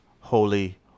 holy